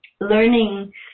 learning